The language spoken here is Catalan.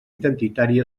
identitari